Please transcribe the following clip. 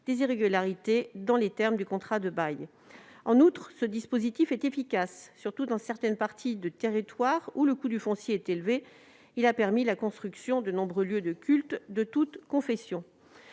des irrégularités dans les termes du contrat de bail. En outre, ce dispositif est efficace, surtout dans certaines parties du territoire où le coût du foncier est élevé : il a permis la construction de nombreux lieux de culte de toutes confessions.